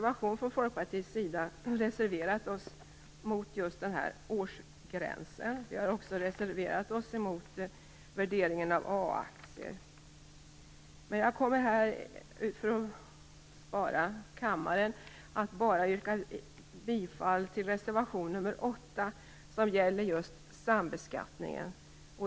Vi från Folkpartiet har också reserverat oss mot denna årsgräns. Vi har också reserverat oss mot värderingen av A-aktier. Men för att spara kammarens tid yrkar jag här bara bifall till reservation nr 8 som gäller sambeskattningen.